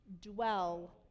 dwell